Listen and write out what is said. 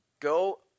Go